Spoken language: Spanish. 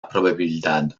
probabilidad